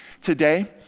today